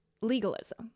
legalism